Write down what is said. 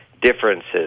differences